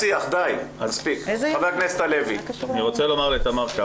אני רוצה לומר לתמר.